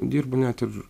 dirbu net ir